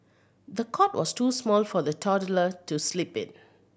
the cot was too small for the toddler to sleep in